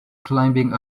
climbing